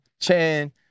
Chan